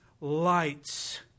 lights